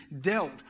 dealt